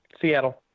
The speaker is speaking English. Seattle